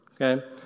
okay